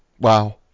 Wow